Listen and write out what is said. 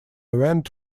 event